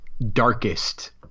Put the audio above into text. darkest